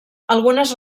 algunes